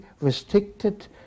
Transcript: restricted